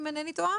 אם אינני טועה